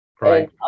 right